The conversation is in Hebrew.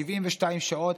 ל-72 שעות,